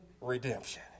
redemption